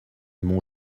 mon